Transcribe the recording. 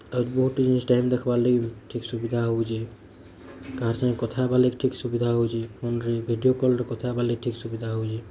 ଆଉ ବହୁତ ଜିନିଷ୍ ଟାଇମ୍ ଦେଖ୍ବାର୍ ଲାଗି ଠିକ୍ ସୁବିଧା ହଉଛି କାହା ସାଙ୍ଗେ କଥା ହବାର୍ ଲାଗି ଠିକ୍ ସୁବିଧା ହଉଛି ଫୋନ୍ରେ ଭିଡ଼ିଓ କଲ୍ରେ କଥା ହବାର୍ ଲାଗି ଠିକ୍ ସୁବିଧା ହଉଛି